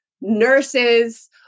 nurses